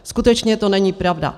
Skutečně to není pravda.